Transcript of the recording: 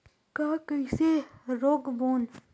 ला कइसे रोक बोन?